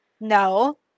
No